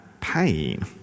pain